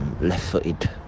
left-footed